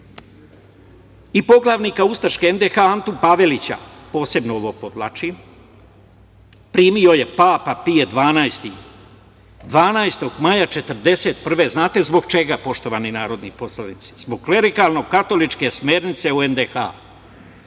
i poglavnika ustaške NDH Antu Pavelića, posebno ovo podvlačim, primio je papa Pije XII, 12. maja 1941. godine. Znate zbog čega, poštovani narodi poslanici? Zbog klerikalno katoličke smernice o NDH,